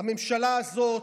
הממשלה הזאת,